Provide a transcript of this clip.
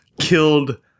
killed